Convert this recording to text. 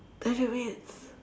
ten minutes